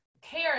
care